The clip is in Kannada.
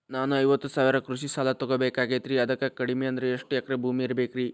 ನಾನು ಐವತ್ತು ಸಾವಿರ ಕೃಷಿ ಸಾಲಾ ತೊಗೋಬೇಕಾಗೈತ್ರಿ ಅದಕ್ ಕಡಿಮಿ ಅಂದ್ರ ಎಷ್ಟ ಎಕರೆ ಭೂಮಿ ಇರಬೇಕ್ರಿ?